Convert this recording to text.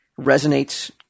resonates